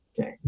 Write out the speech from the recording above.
okay